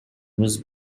was